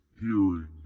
hearing